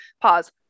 Pause